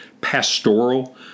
pastoral